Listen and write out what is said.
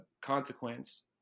consequence